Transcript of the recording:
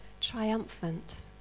triumphant